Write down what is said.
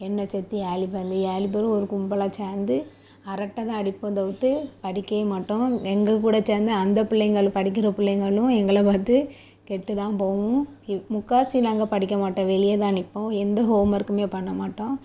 என்னை சேர்த்து ஏழு பேர் இந்த ஏழு பேரும் ஒரு கும்பலாக சேர்ந்து அரட்டை தான் அடிப்போம் தவிர்த்து படிக்கயே மாட்டோம் எங்கள் கூட சேர்ந்து அந்த பிள்ளைங்கள் படிக்கிற பிள்ளைங்களும் எங்களை பார்த்து கெட்டு தான் போகும் இப் முக்கால்வாசி நாங்கள் படிக்க மாட்டோம் வெளியே தான் நிற்போம் எந்த ஹோமர்க்குமே பண்ண மாட்டோம்